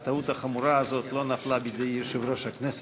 הטעות החמורה הזאת לא נפלה בידי יושב-ראש הכנסת,